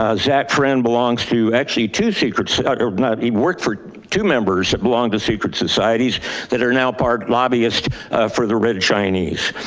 ah zack friend belongs to actually two secrets or not. he worked for two members that belong to secret societies that are now part lobbyists for the red chinese.